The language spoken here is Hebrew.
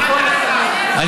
אתה יודע את דעתי, למה אתה שואל?